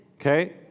okay